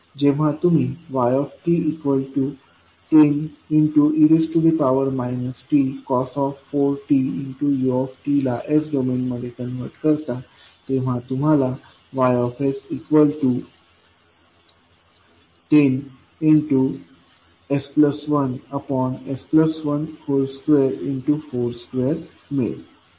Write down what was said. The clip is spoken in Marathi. जेव्हा तुम्ही yt10e t 4t ut ला s डोमेनमध्ये कन्व्हर्ट करता तेव्हा तुम्हाला Ys10 s 1s 1242मिळेल येथे ω 4 आहे